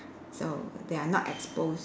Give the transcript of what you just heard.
so they are not exposed